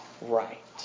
right